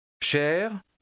Cher